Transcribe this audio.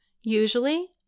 usually